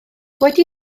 wedi